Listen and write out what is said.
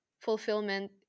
fulfillment